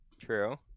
True